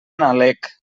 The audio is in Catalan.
nalec